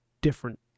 different